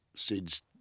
Sid's